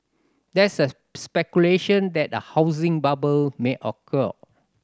there is a speculation that a housing bubble may occur